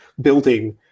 building